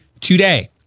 today